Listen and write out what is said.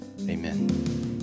amen